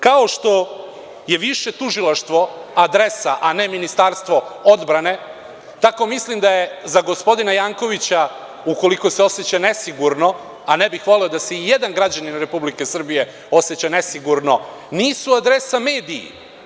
Kao što je više tužilaštvo adresa, a ne Ministarstvo odbrane, tako mislim da za gospodina Jankovića, ukoliko se oseća nesigurno, a ne bih voleo da se i jedan građanin Republike Srbije oseća nesigurno, nisu adresa mediji.